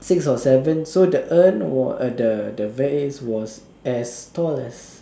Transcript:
six or seven so the urn was uh the the vase was as tall as